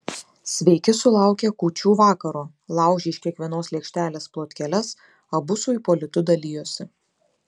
sveiki sulaukę kūčių vakaro laužė iš kiekvienos lėkštelės plotkeles abu su ipolitu dalijosi